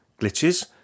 glitches